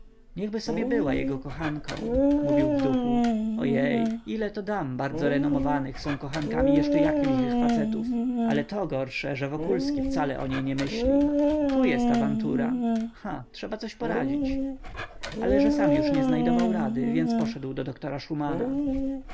niechby sobie była jego kochanką mówił w duchu o jej ile to dam bardzo renomowanych są kochankami jeszcze jak lichych facetów ale to gorsze że wokulski wcale o niej nie myśli tu jest awantura ha trzeba coś poradzić ale że sam już nie znajdował rady więc poszedł do doktora szumana